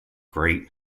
great